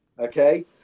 Okay